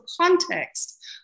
context